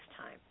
time